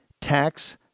Tax